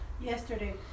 Yesterday